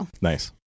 nice